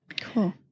Cool